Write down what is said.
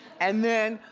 and then,